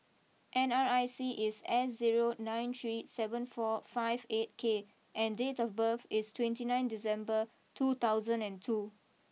N R I C is S zero nine three seven four five eight K and date of birth is twenty nine December two thousand and two